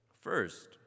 First